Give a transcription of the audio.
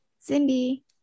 Cindy